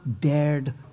dared